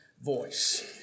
voice